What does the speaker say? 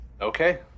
Okay